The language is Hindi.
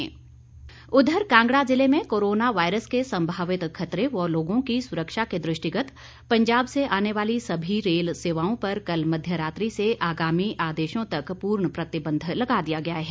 रेल सेवा उधर कांगड़ा जिले में कोरोना वायरस के संभावित खतरे व लोगों की सुरक्षा के दृष्टिगत पंजाब से आने वाली सभी रेल सेवाओं पर कल मध्य रात्रि से आगामी आदेशों तक पूर्ण प्रतिबंध लगा दिया गया है